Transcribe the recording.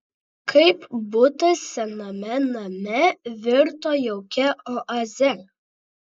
kaip butas sename name virto jaukia oaze